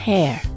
Hair